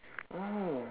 oh